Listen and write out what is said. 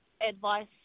advice